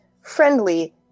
friendly